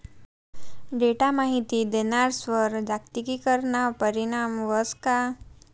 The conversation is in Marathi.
डेटा माहिती देणारस्वर जागतिकीकरणना परीणाम व्हस का?